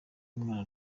umwana